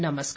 नमस्कार